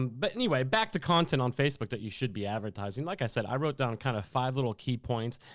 um but anyway, back to content on facebook that you should be advertising. like i said, i wrote down kinda five little key points.